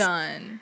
Done